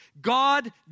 God